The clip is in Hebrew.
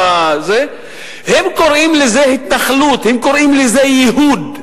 הם קוראים לזה התנחלות, הם קוראים לזה ייהוד.